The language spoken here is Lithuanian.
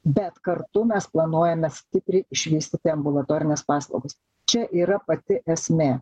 bet kartu mes planuojame stipriai išvystyti ambulatorines paslaugas čia yra pati esmė